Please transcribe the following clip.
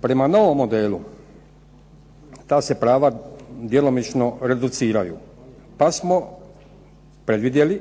Prema novom modelu ta se prava djelomično reduciraju pa smo predvidjeli